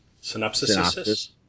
Synopsis